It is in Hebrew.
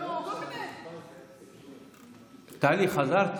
--- טלי, חזרת?